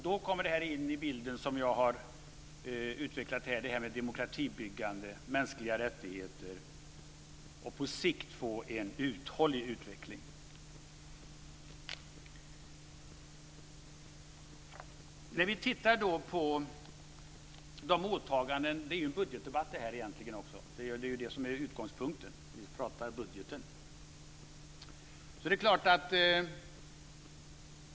Då kommer det som jag har utvecklat tidigare in i bilden: demokratibyggande, mänskliga rättigheter och en på sikt uthållig utveckling. Det här är egentligen också en budgetdebatt. Utgångspunkten är att vi talar om budgeten.